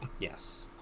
Yes